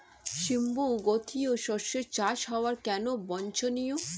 সিম্বু গোত্রীয় শস্যের চাষ হওয়া কেন বাঞ্ছনীয়?